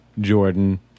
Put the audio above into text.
Jordan